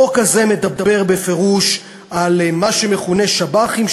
החוק הזה מדבר בפירוש על מה שמכונה שב"חים,